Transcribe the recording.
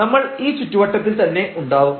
നമ്മൾ ഈ ചുറ്റുവട്ടത്തിൽ തന്നെ ഉണ്ടാവും